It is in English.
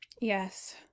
Yes